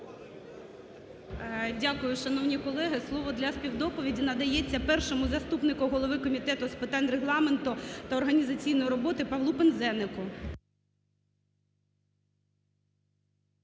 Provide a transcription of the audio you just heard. Дякую, шановні колеги. Слово для співдоповіді надається першому заступнику голови Комітету з питань Регламенту та організаційної роботи Павлу Пинзенику.